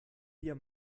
dir